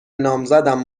نامزدم